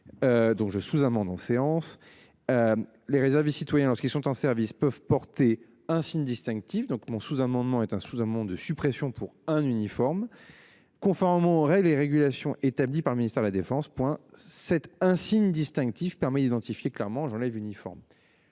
Donc je suis amende en séance. Les réserves citoyen lorsqu'ils sont en service peuvent porter un signe distinctif donc mon sous-amendement sous un monde de suppression pour un uniforme. Conformément aux règles et régulations établi par le ministère de la Défense point cet insigne distinctif permet d'identifier clairement j'enlève uniforme.